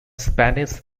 spanish